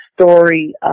story